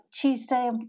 Tuesday